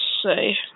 say